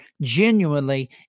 genuinely